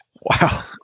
wow